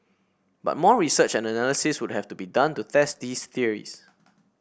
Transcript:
but more research and analysis would have to be done to test these theories